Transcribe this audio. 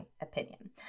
opinion